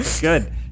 Good